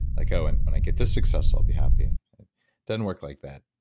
like, ah and when i get this successful, i'll be happy. and it doesn't work like that.